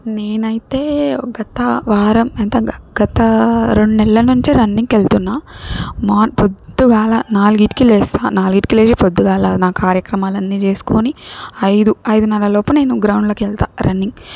నేనైతే గత వారం గత గత రెండు నెలల నుంచి రన్నింగ్లకు వెళ్తున్నా మోన్ పొద్దుగాల నాలుగిటికి లేస్తా నాలుగింటికి లేచి పొద్దుగాల నా కార్యక్రమాలన్నీ చేసుకోని ఐదు ఐదున్నర లోపు నేను గ్రౌండ్లోకి వెళ్తా రన్నింగ్